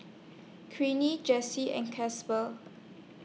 Queenie Janey and Casper